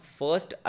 first